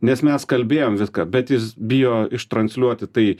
nes mes kalbėjom viską bet jis bijo ištransliuoti tai